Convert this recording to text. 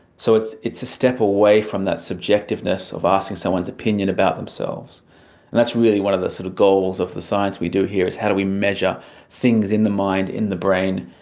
so it's it's a step away from that objectiveness of asking someone's opinion about themselves, and that's really one of the sort of goals of the science we do here, is how do we measure things in the mind, in the brain,